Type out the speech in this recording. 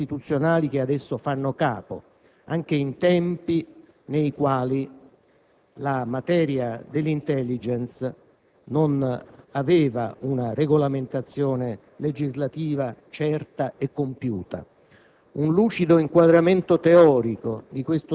ed ha analizzato le norme e le strutture istituzionali che ad esso fanno capo, anche in tempi nei quali la materia dell'*intelligence* non aveva una regolamentazione legislativa certa e compiuta.